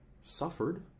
suffered